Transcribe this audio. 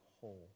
whole